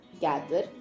gather